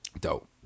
Dope